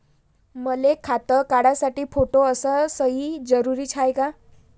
मले खातं काढासाठी फोटो अस सयी जरुरीची हाय का?